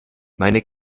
meine